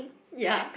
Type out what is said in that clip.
ya